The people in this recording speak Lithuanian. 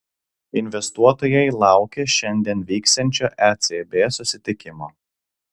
investuotojai laukia šiandien vyksiančio ecb susitikimo